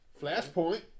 Flashpoint